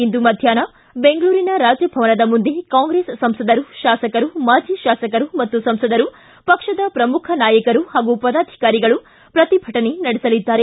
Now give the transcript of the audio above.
ಇಂದು ಮಧ್ಯಾಪ್ನ ಬೆಂಗಳೂರಿನ ರಾಜಭವನದ ಮುಂದೆ ಕಾಂಗ್ರೆಸ್ ಸಂಸದರು ಶಾಸಕರು ಮಾಜಿ ಶಾಸಕರು ಮತ್ತು ಸಂಸದರು ಪಕ್ಷದ ಪ್ರಮುಖ ನಾಯಕರು ಪದಾಧಿಕಾರಿಗಳು ಪ್ರತಿಭಟನೆ ನಡೆಸಲಿದ್ದಾರೆ